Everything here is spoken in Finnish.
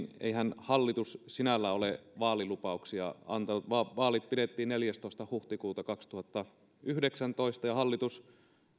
eihän hallitus sinällään ole vaalilupauksia antanut vaan vaalit pidettiin neljästoista huhtikuuta kaksituhattayhdeksäntoista ja hallitus